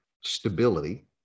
stability